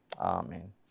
Amen